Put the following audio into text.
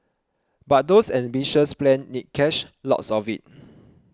but those ambitious plans need cash lots of it